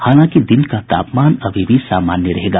हालांकि दिन का तापमान अभी भी सामान्य बना रहेगा